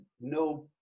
no